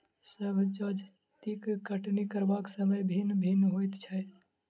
सभ जजतिक कटनी करबाक समय भिन्न भिन्न होइत अछि